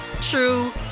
true